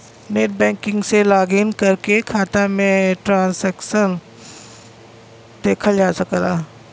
net banking से login करके खाता में ट्रांसैक्शन देखल जा सकला